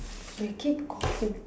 you keep coughing